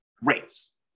rates